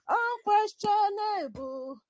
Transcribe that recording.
unquestionable